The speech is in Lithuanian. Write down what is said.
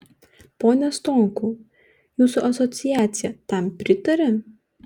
pone stonkau jūsų asociacija tam pritaria